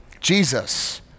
Jesus